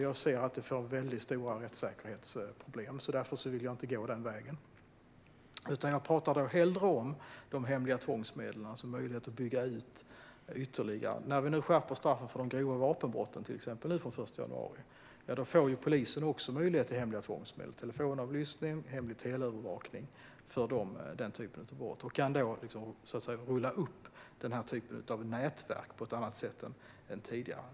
Jag ser att det medför stora rättssäkerhetsproblem. Därför vill jag inte gå den vägen. Jag talar hellre om de hemliga tvångsmedlen och möjligheten att bygga ut dem ytterligare. När vi skärper straffen för till exempel grova vapenbrott från den 1 januari får också polisen möjlighet till hemliga tvångsmedel - telefonavlyssning och hemlig teleövervakning - för den typen av brott. Polisen kan då så att säga rulla upp den här typen av nätverk på ett annat sätt än tidigare.